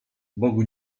bogu